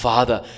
Father